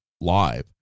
live